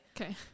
okay